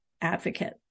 advocate